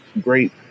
great